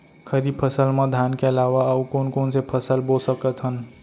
खरीफ फसल मा धान के अलावा अऊ कोन कोन से फसल बो सकत हन?